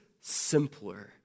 simpler